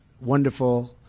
wonderful